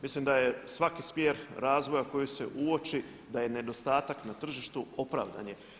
Mislim da je svaki smjer razvoja koji se uoči da ne nedostatak na tržištu opravdan je.